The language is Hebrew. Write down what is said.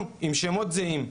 עם שמות זהים.